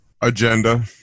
Agenda